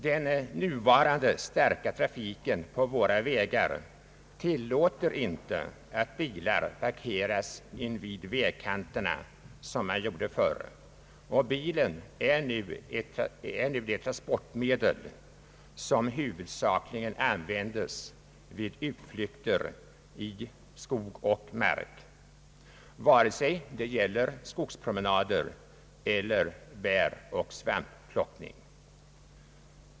Den nuvarande starka trafiken på våra vägar tillåter inte att bilar parkeras invid vägkanterna som man gjorde förr, och bilen är nu det transportmedel som huvudsakligen användes vid utflykter i skog och mark, vare sig det gäller skogspromenader eller bäroch svampplockning.